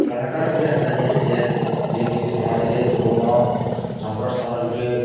କଲାକାର୍ ଗୁଟେ ଏନ୍ତା ଜିନିଷ୍ଟେ ଏ ଯେକି ସମାଜ୍ରେ ସବୁନ ସମ୍କର୍ ସାଙ୍ଗେ ଗୁଟେ